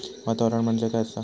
वातावरण म्हणजे काय आसा?